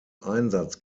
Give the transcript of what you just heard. einsatz